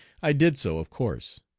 i did so, of course.